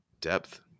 depth